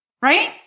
right